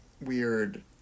weird